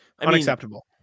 unacceptable